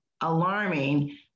alarming